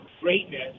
greatness